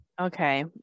Okay